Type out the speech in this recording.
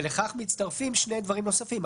ולכך מצטרפים שני דברים נוספים.